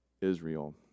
Israel